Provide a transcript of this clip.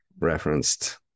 referenced